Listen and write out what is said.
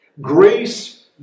Grace